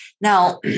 now